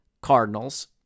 Cardinals